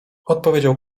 odpowiedział